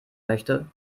möchte